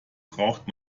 braucht